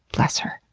bless her.